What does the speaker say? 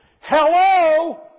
hello